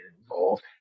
involved